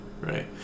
right